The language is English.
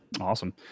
Awesome